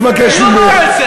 לא עוזרים לו, זה מה שהוא אמר.